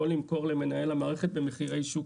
או למכור למנהל המערכת במחירי שוק.